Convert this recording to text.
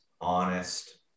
honest